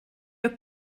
your